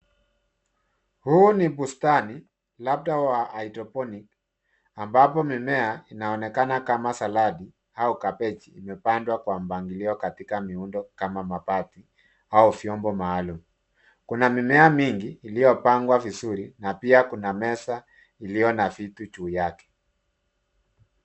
Huu ni bustani labda wa hydroponic , ambapo mimea inaonekana kama saladi au kabeji imepandwa kwa mpangilio katika miundo kama mabati au vyombo maalum. Kuna mimea mingi iliyopangwa vizuri na pia kuna meza iliyo na vitu juu yake.